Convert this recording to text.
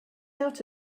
out